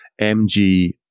MG